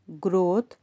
growth